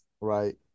Right